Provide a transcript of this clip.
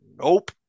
nope